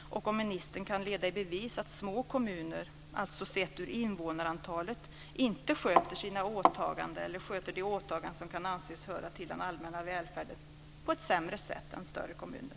Kan ministern leda i bevis att små kommuner, dvs. sett utifrån invånarantalet, inte sköter sina åtaganden eller sköter de åtaganden som kan anses höra till den allmänna välfärden på ett sämre sätt än större kommuner?